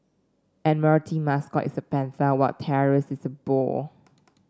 admiralty mascot is a panther while Taurus is a bull